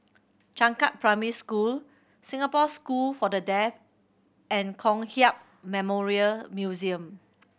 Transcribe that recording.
Changkat Primary School Singapore School for The Deaf and Kong Hiap Memorial Museum